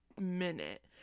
minute